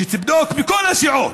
מכל הסיעות,